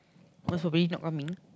most probably not coming